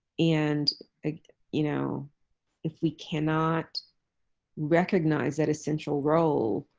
and you know if we cannot recognize that essential role